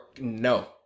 no